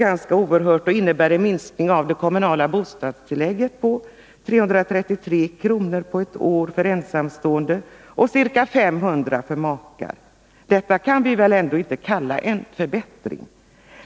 Detta är oerhört och innebär en minskning av det kommunala bostadstillägget med 333 kr. på ett år för ensamstående och ca 500 kr. för makar. Detta kan vi väl ändå inte kalla en förbättring?